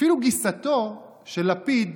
אפילו גיסתו של לפיד